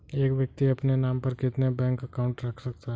एक व्यक्ति अपने नाम पर कितने बैंक अकाउंट रख सकता है?